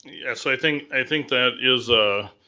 yeah, so i think i think that is a,